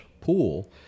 pool